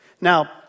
Now